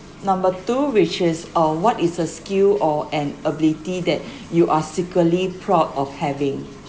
number two which is uh what is a skill or an ability that you are secretly proud of having